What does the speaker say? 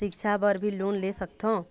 सिक्छा बर भी लोन ले सकथों?